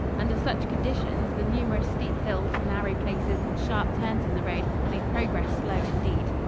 under such conditions, the numerous steep hills, narrow places and sharp turns in the road made progress slow indeed.